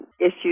issues